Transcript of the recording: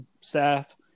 staff